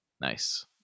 Nice